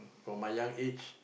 from my young age